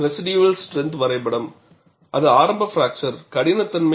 residual strength வரைபடம் அது ஆரம்ப பிராக்சர் கடினத்தன்மை